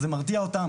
זה מרתיע אותם,